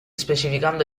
specificando